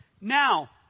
Now